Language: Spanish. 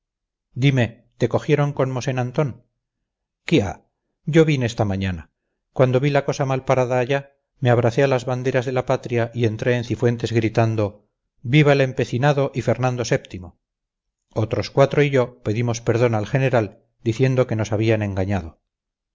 dime te cogieron con mosén antón quia yo vine esta mañana cuando vi la cosa mal parada allá me abracé a las banderas de la patria y entré en cifuentes gritando viva el empecinado y fernando vii otros cuatro y yo pedimos perdón al general diciendo que nos habían engañado